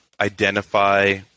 identify